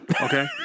Okay